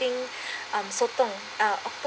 um sotong uh